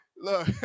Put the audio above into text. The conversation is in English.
look